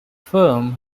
firm